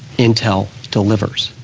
intel delivers.